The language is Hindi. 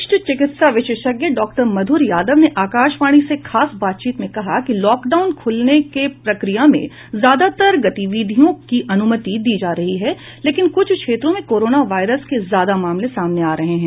वरिष्ठ चिकित्सा विशेषज्ञ डॉक्टर मध्र यादव ने आकाशवाणी से खास बातचीत में कहा कि लॉकडाउन खोलने की प्रक्रिया में ज्यादातर गतिविधियों की अनुमति दी जा रही है लेकिन कुछ क्षेत्रों में कोरोना वायरस के ज्यादा मामले सामने आ रहे हैं